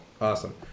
Awesome